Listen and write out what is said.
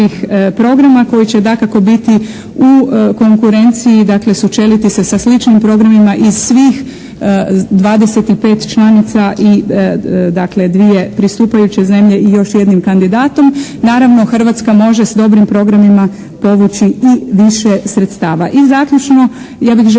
Hrvatska može s dobrim programima povući i više sredstava.